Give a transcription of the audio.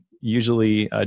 usually